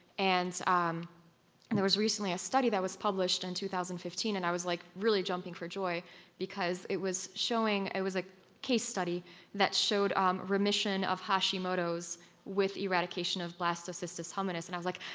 and um and there was recently a study that was published in two thousand and fifteen and i was like really jumping for joy because it was showing. it was a case study that showed um remission of hashimoto's with eradication of blastocystis hominis. and i was like,